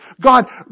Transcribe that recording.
God